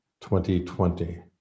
2020